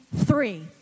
three